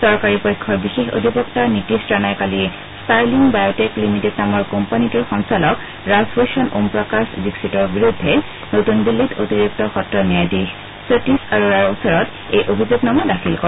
চৰকাৰী পক্ষৰ বিশেষ অধিবক্তা নীতেশ ৰানাই কালি ষ্টাৰলিং বায়টেক লিমিটেড নামৰ কোম্পানীটোৰ সঞালক ৰাজভূষণ ওমপ্ৰকাশ দীক্ষিতৰ বিৰুদ্ধে নতুন দিল্লীত অতিৰিক্ত সত্ৰ ন্যায়াধীশ সতীশ আৰোৰাৰ ওচৰত এই অভিযোগনামা দাখিল কৰে